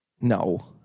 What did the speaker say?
No